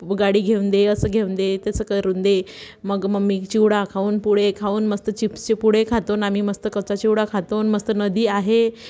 गाडी घेऊन दे असं घेऊन दे तसं करून दे मग मम्मी चिवडा खाऊन पूडे खाऊन मस्त चिप्सचे पूडे खातोन आमी मस्त कच्चा चिवडा खातोन मस्त नदी आहे